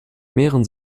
mehren